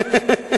לא,